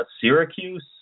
Syracuse